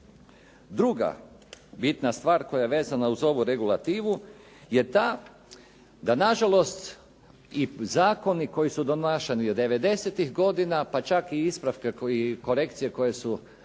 Druga bitna stvar koja je vezana uz ovu regulativu je ta da na žalost i zakoni koji su donašani 90-tih godina, pa čak i ispravke i korekcije koje su